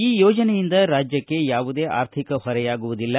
ಈ ಯೋಜನೆಯಿಂದ ರಾಜ್ಯಕ್ಕೆ ಯಾವುದೇ ಆರ್ಥಿಕ ಹೊರೆಯಾಗುವುದಿಲ್ಲ